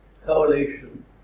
Coalition